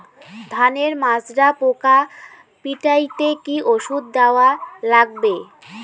ধানের মাজরা পোকা পিটাইতে কি ওষুধ দেওয়া লাগবে?